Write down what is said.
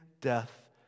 death